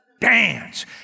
dance